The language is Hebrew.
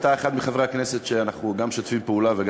אתה אחד מחברי הכנסת שאני מאוד מעריך,